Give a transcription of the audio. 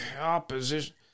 opposition